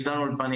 יש לנו אולפנים,